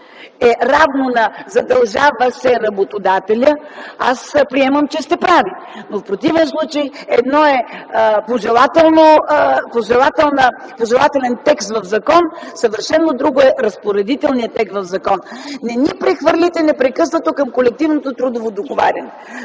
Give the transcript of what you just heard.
е равно на „задължава се работодателят”, аз приемам, че сте прави. Но в противен случай, едно е пожелателен текст в закон, съвършено друго е разпоредителният текст в закон. Не ни прехвърляйте непрекъснато към колективното трудово договаряне.